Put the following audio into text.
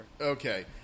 Okay